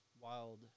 wild